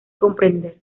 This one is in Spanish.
comprender